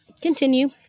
Continue